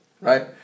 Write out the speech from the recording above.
right